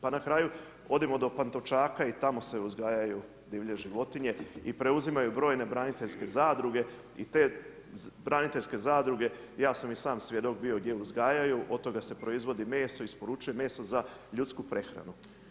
Pa na kraju odimo do Pantovčaka i tamo se uzgajaju divlje životinje, i preuzimaju brojne braniteljske zadruge i te braniteljske zadruge, ja sa mi sam bio svjedok gdje uzgajaju, od toga se proizvodi meso, isporučuju meso za ljudsku prehranu.